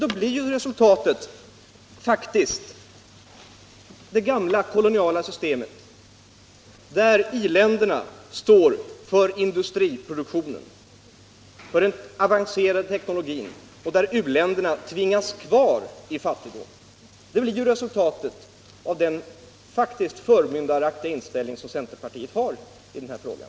Då blir emellertid resultatet faktiskt det gamla koloniala systemet, där i-länderna står för industriproduktionen, för den avancerade teknologin, och u-länderna tvingas kvar i fattigdom och underutveckling. Det blir ju resultatet av den förmyndaraktiga inställning som centerpartiet har i den här frågan.